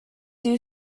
you